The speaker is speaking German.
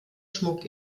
schmuck